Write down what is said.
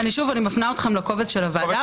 אני מפנה אתכם לקובץ של הוועדה,